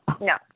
No